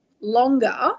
longer